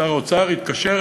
שר האוצר יתקשר,